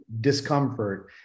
discomfort